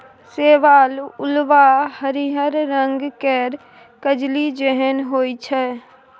शैवाल उल्वा हरिहर रंग केर कजली जेहन होइ छै